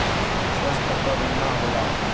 स्वास्थ्य क बीमा होला